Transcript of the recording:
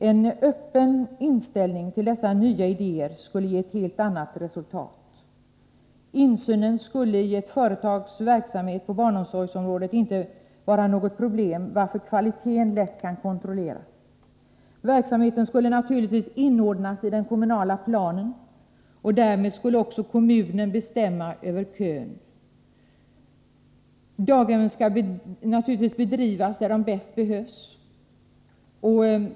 En öppen inställning till dessa nya idéer skulle ge ett helt annat resultat. Insynen i ett företags verksamhet på barnomsorgsområdet skulle inte vara något problem, varför kvaliteten lätt kan kontrolleras. Verksamheten skulle naturligtvis inordnas i den kommunala planen. Därmed skulle också kommunen bestämma över kön. Daghemmen skall självfallet finnas där de bäst behövs.